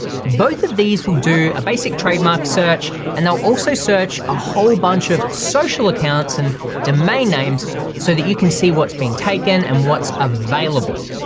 both of these will do a basic trademark search, and they'll also search a whole bunch of social accounts and domain names so that you can see what's been taken and what's available.